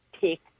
take